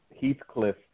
Heathcliff